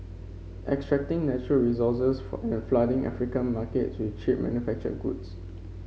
extracting natural resources and flooding African markets with cheap manufactured goods